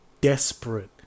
desperate